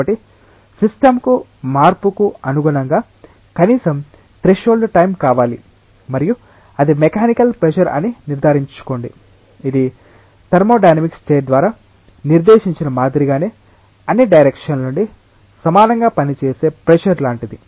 కాబట్టి సిస్టంకు మార్పుకు అనుగుణంగా కనీసం త్రెషోల్డ్ టైం కావాలి మరియు అది మెకానికల్ ప్రెషర్ అని నిర్ధారించుకోండి ఇది థర్మోడైనమిక్ స్టేట్ ద్వారా నిర్దేశించిన మాదిరిగానే అన్ని డైరెక్షన్ ల నుండి సమానంగా పనిచేసే ప్రెషర్ లాంటిది